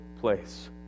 place